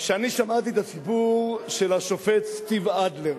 כשאני שמעתי את הסיפור של השופט סטיב אדלר,